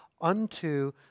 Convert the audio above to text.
unto